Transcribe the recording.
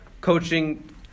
coaching